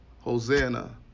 hosanna